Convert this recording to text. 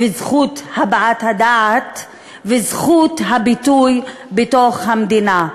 זכות הבעת דעה וזכות הביטוי במדינה.